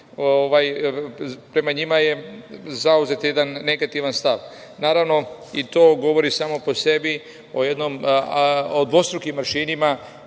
prema njima je zauzet jedan negativan stav. Naravno, i to govori samo po sebi o dvostrukim aršinima